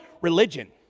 religion